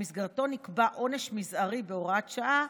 שבמסגרתו נקבע עונש מזערי בהוראת שעה,